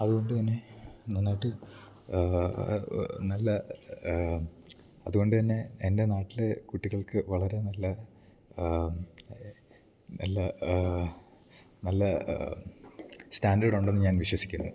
അതുകൊണ്ട് തന്നെ നന്നായിട്ട് നല്ല അതുകൊണ്ടന്നെ എൻറ്റെ നാട്ടിൽ കുട്ടികൾക്ക് വളരെ നല്ല നല്ല നല്ല സ്റ്റാൻറ്റേഡൊണ്ടെന്ന് ഞാൻ വിശ്വസിക്കുന്നു